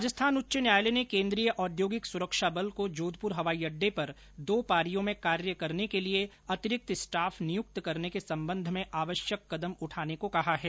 राजस्थान उच्च न्यायालय ने केंद्रीय औद्योगिक सुरक्षा बल सीआइएसएफ को जोघपुर हवाईअड्डे पर दो पारियों में कार्य करने के लिए अतिरिक्त स्टाफ नियुक्त करने के संबंध में आवश्यक कदम उठाने को कहा है